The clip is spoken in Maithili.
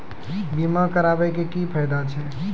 बीमा कराबै के की फायदा छै?